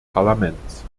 parlaments